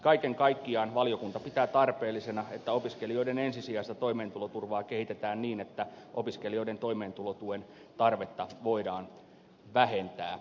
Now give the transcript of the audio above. kaiken kaikkiaan valiokunta pitää tarpeellisena että opiskelijoiden ensisijaista toimeentuloturvaa kehitetään niin että opiskelijoiden toimeentulotuen tarvetta voidaan vähentää